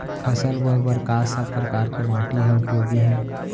फसल बोए बर का सब परकार के माटी हा उपयोगी हे?